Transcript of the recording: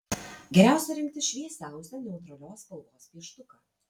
geriausia rinktis šviesiausią neutralios spalvos pieštuką